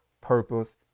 purpose